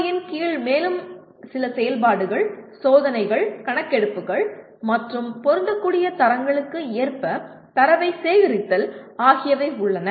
PO4 இன் கீழ் மேலும் செயல்பாடுகள் சோதனைகள் கணக்கெடுப்புகள் மற்றும் பொருந்தக்கூடிய தரங்களுக்கு ஏற்ப தரவை சேகரித்தல் ஆகியவை உள்ளன